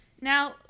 now